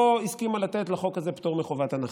לא הסכימה לתת לחוק הזה פטור מחובת הנחה,